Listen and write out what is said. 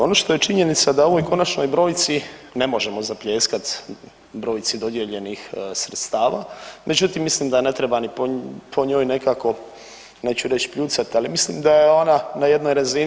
Ono što je činjenica da ovoj konačnoj brojci ne možemo zapljeskat brojci dodijeljenih sredstava, međutim mislim da ne treba ni po njoj nekako, neću reći pljucat, ali mislim da je ona na jednoj razini.